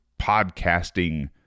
podcasting